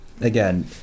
Again